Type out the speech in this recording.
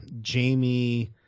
Jamie